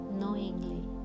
knowingly